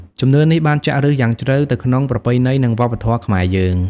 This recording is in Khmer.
ជំនឿនេះបានចាក់ឫសយ៉ាងជ្រៅទៅក្នុងប្រពៃណី និងវប្បធម៌ខ្មែរយើង។